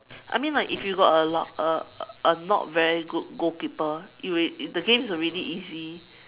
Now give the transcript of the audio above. I mean like if you got a lou~ a a not very good goalkeeper even if the game is already easy